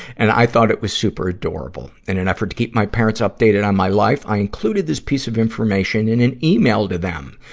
and i thought it was super adorable. in an effort to keep my parents updated on my life i included this piece of information in an email to them.